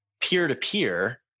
peer-to-peer